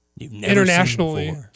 internationally